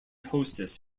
hostess